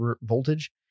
voltage